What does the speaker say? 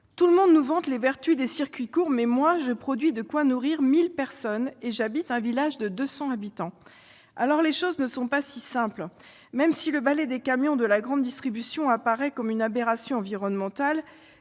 Tout le monde nous vante les vertus des circuits courts, mais moi, je produis de quoi nourrir 1 000 personnes, et j'habite un village de 200 habitants. » Les choses ne sont donc pas si simples. Même si le ballet des camions de la grande distribution apparaît comme une aberration environnementale,